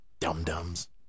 dum-dums